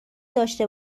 داشته